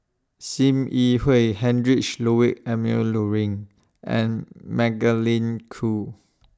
SIM Yi Hui Heinrich Ludwig Emil Luering and Magdalene Khoo